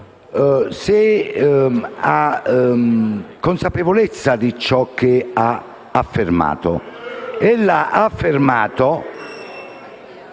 abbia consapevolezza di ciò che ha affermato. Ella ha asserito